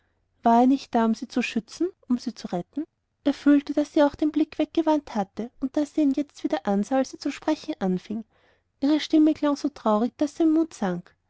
er nicht da um sie zu schützen um sie zu retten er fühlte daß auch sie den blick weggewandt hatte und daß sie ihn jetzt wieder ansah als sie zu sprechen anfing und ihre stimme klang so traurig daß sein mut sank